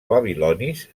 babilonis